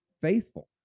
Faithful